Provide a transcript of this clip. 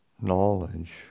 knowledge